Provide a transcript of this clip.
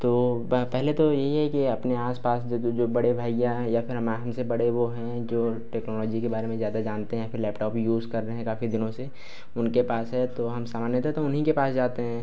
तो वह पहले तो ये है कि अपने आस पास या तो जो बड़े भइया हैं या फिर हमसे बड़े वो हैं जो टेक्नोलॉजी के बारे में ज़्यादा जानते हैं फिर लैपटॉप यूज़ कर रहे हैं काफ़ी दिनों से उनके पास है तो हम सामान्यतः तो उन्हीं के पास जाते हैं